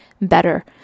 better